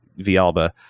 Vialba